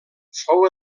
fou